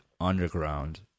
underground